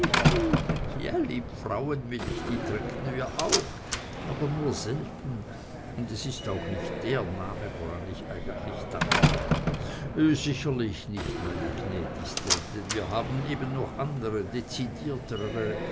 ja liebfrauenmilch die trinken wir auch aber nur selten und es ist auch nicht der name woran ich eigentlich dachte sicherlich nicht meine gnädigste denn wir haben eben noch andre dezidiertere